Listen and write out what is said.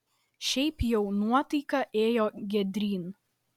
šiaip jau nuotaika ėjo giedryn